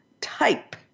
type